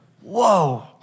Whoa